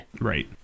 Right